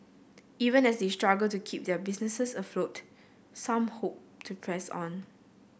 even as they struggle to keep their businesses afloat some hope to press on